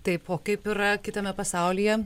taip o kaip yra kitame pasaulyje